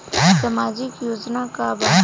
सामाजिक योजना का बा?